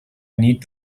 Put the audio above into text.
need